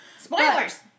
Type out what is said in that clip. Spoilers